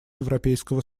европейского